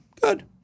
good